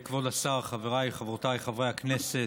כבוד השר, חבריי וחברותיי חברי הכנסת,